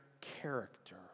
character